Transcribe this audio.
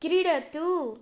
क्रीडतु